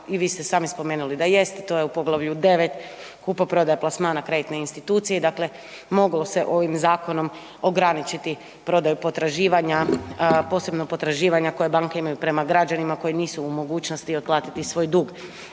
i vi ste i sami spomenuli da jest, to je u poglavlju 9. kupoprodaje plasmana kreditne institucije i dakle, moglo se ovim zakonom ograničiti prodaju potraživanja, posebno potraživanja koje banke imaju prema građanima koji nisu u mogućnosti otplatiti svoj dug.